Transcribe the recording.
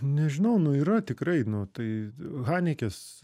nežinau nu yra tikrai nu tai hanikės